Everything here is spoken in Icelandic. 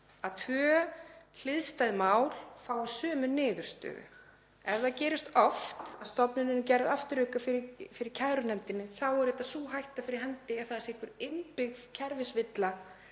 að tvö hliðstæð mál fái sömu niðurstöðu. Ef það gerist oft að stofnun er gerð afturreka fyrir kærunefndinni þá er auðvitað sú hætta fyrir hendi að það sé einhver innbyggð kerfisvilla